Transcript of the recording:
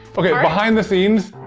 okay, behind the scenes,